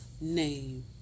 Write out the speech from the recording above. name